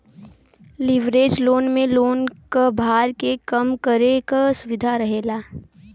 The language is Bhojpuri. लिवरेज लोन में लोन क भार के कम करे क सुविधा रहेला